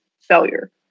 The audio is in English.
failure